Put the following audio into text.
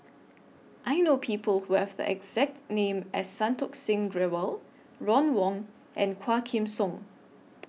I know People Who Have The exact name as Santokh Singh Grewal Ron Wong and Quah Kim Song